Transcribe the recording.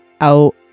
out